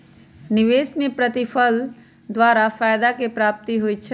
निवेश में प्रतिफल द्वारा फयदा के प्राप्ति होइ छइ